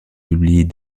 publient